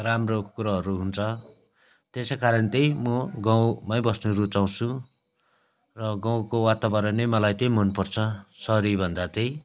राम्रो कुराहरू हुन्छ त्यसै कारण त्यही म गाउँमै बस्न रुचाउँछु र गाउँको वातावरण नै मलाई त्यही मनपर्छ सहरीभन्दा चाहिँ